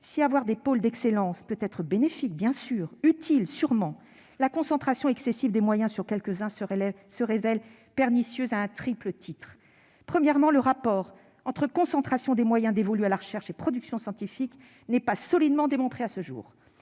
d'avoir des pôles d'excellence peut être bénéfique, bien sûr, et utile, sûrement, la concentration excessive des moyens sur quelques-uns se révèle pernicieuse à un triple titre. Premièrement, le rapport entre concentration des moyens dévolus à la recherche et production scientifique n'est pas solidement démontré à ce jour.